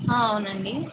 అవునండి